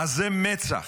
עזי מצח,